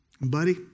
Buddy